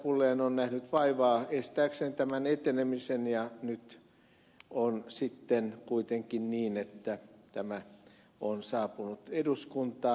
pulliainen on nähnyt vaivaa estääkseen tämän etenemisen ja nyt on sitten kuitenkin niin että tämä on saapunut eduskuntaan